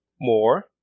more